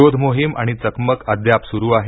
शोध मोहीम आणि चकमक अद्याप सुरू आहे